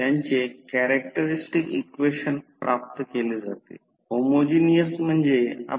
तर V2 जर circuit दिसत असेल तर cos ∅2 प्रत्यक्षात कोन V2 या व्होल्टेज च्या दरम्यान कोन आहे